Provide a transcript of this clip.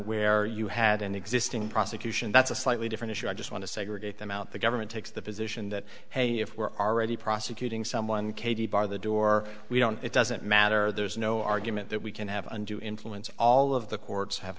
where you had an existing prosecution that's a slightly different issue i just want to segregate them out the government takes the position that hey if we're already prosecuting someone katie bar the door we don't it doesn't matter there's no argument that we can have undue influence all of the courts have